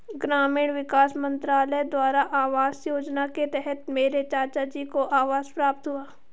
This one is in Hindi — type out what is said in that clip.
ग्रामीण विकास मंत्रालय द्वारा आवास योजना के तहत मेरे चाचाजी को आवास प्राप्त हुआ